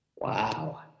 wow